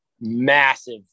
massive